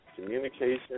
Communication